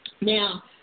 Now